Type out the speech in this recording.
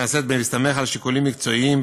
נעשית בהסתמך על שיקולים מקצועיים,